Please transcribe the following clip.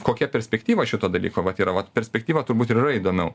kokia perspektyva šito dalyko vat yra vat perspektyva turbūt ir yra įdomiau